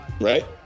Right